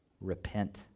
Repent